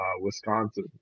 Wisconsin